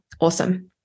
awesome